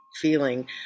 feeling